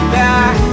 back